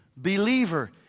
Believer